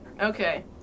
Okay